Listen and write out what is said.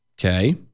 Okay